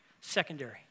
secondary